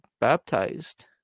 baptized